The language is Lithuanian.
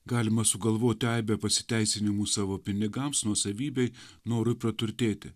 galima sugalvoti aibę pasiteisinimų savo pinigams nuosavybei norui praturtėti